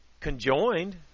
conjoined